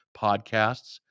podcasts